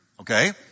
Okay